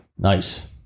Nice